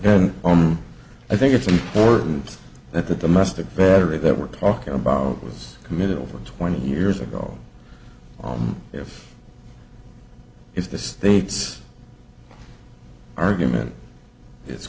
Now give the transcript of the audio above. on i think it's important that the domestic battery that we're talking about was committed over twenty years ago on if is the state's argument i